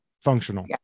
functional